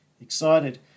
excited